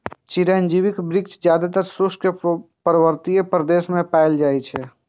चिरौंजीक वृक्ष जादेतर शुष्क पर्वतीय प्रदेश मे पाएल जाइ छै